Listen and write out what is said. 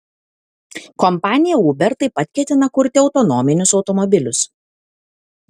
kompanija uber taip pat ketina kurti autonominius automobilius